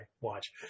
watch